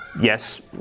Yes